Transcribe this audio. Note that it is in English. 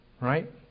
Right